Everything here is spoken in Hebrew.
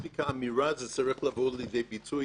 זה צריך לבוא לידי ביטוי